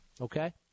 okay